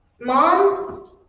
Mom